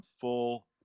full